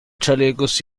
chalecos